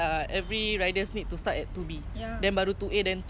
that kind of five K ya that [one] okay lah